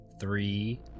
three